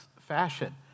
fashion